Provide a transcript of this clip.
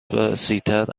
وسیعتر